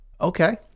Okay